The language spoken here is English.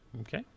okay